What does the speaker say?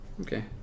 Okay